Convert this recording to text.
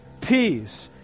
peace